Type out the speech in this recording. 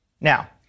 Now